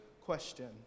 question